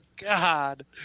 God